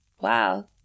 Wow